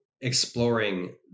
exploring